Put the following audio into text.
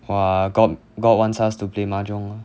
!wah! god god wants us to play mahjong ah